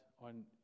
on